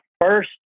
first